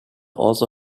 also